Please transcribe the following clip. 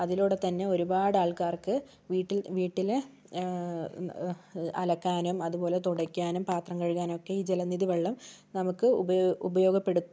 അതിലൂടെ തന്നെ ഒരുപാട് ആൾക്കാർക്ക് വീട്ടിൽ വീട്ടിലെ അലക്കാനും അതുപോലെ തുടക്കാനും പത്രം കഴുകാനുവൊക്കെ ഈ ജലനിധി വെള്ളം നമുക്ക് ഉപയൊ ഉപയോഗപ്പെടു